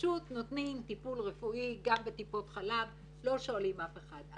פשוט נותנים טיפול רפואי גם בטיפות חלב ולא שואלים אף אחד.